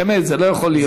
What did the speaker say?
באמת, זה לא יכול להיות.